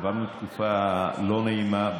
עברנו תקופה לא נעימה.